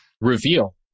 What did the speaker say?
reveal